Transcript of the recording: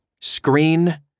Screen